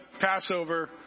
Passover